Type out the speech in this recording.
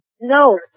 No